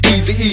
Easy